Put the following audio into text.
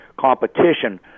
competition